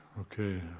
Okay